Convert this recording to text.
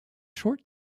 short